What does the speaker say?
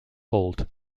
fault